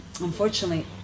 unfortunately